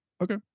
Okay